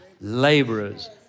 laborers